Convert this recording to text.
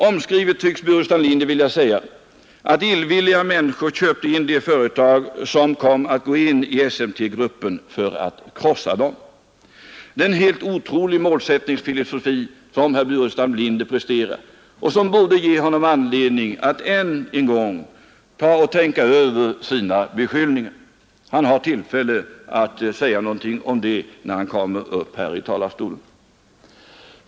Omskrivet tycks herr Burenstam Linder vilja säga att illvilliga människor köpte in de företag som kom att ingå i SMT-gruppen för att krossa dem. Det är en helt otrolig målsättningsfilosofi som herr Burenstam Linder presenterar och som borde ge honom anledning att än en gång tänka över sina beskyllningar. Han har tillfälle att säga någonting om det, när han kommer upp i talarstolen.